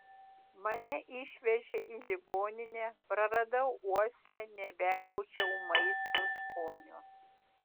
mane išvežė į ligoninę praradau uoslę nebejaučiau maisto skonio